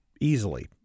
easily